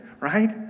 right